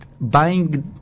buying